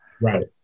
Right